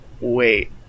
wait